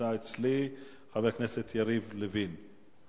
שנמצא אצלי, חבר הכנסת יריב לוין.